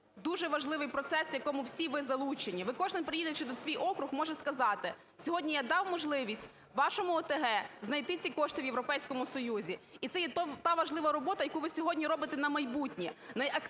дуже важливий процес, у якому всі ви залучені. Ви, кожен, приїхавши на свій округ, може сказати, сьогодні я дав можливість вашому ОТГ знайти ці кошти в Європейському Союзі. І це є та важлива робота, яку ви сьогодні робите на майбутнє.